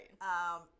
Right